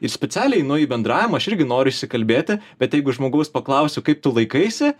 ir specialiai einu į bendravimą aš irgi noriu išsikalbėti bet jeigu žmogaus paklausiu kaip tu laikaisi